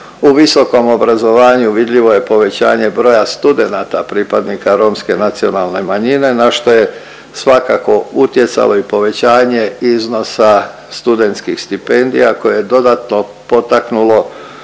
u visokom obrazovanju vidljivo je povećanje broja studenata pripadnika Romske nacionalne manjine, na što je svakako utjecalo i povećanje iznosa studentskih stipendija koje je dodatno potaknulo